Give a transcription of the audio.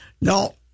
No